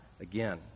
again